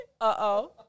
uh-oh